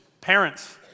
parents